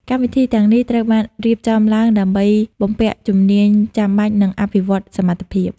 កម្មវិធីទាំងនេះត្រូវបានរៀបចំឡើងដើម្បី បំពាក់ជំនាញចាំបាច់ និងអភិវឌ្ឍសមត្ថភាព។